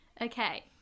okay